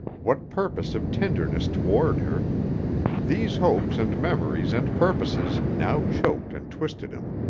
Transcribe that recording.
what purpose of tenderness toward her these hopes and memories and purposes now choked and twisted him.